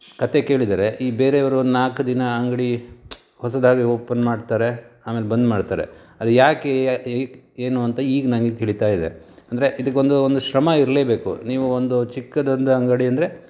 ಕತೆ ಕೇಳಿದರೆ ಈ ಬೇರೆಯವರು ಒಂದು ನಾಲ್ಕು ದಿನ ಅಂಗಡಿ ಹೊಸದಾಗಿ ಓಪನ್ ಮಾಡ್ತಾರೆ ಆಮೇಲೆ ಬಂದ್ ಮಾಡ್ತಾರೆ ಅದು ಯಾಕೆ ಏನು ಅಂತ ಈಗ ನಂಗೆ ತಿಳೀತಾ ಇದೆ ಅಂದರೆ ಇದಕ್ಕೊಂದು ಒಂದು ಶ್ರಮ ಇರಲೇ ಬೇಕು ನೀವು ಒಂದು ಚಿಕ್ಕದೊಂದು ಅಂಗಡಿ ಅಂದರೆ